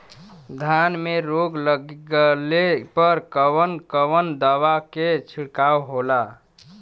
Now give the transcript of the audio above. धान में रोग लगले पर कवन कवन दवा के छिड़काव होला?